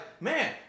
man